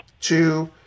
two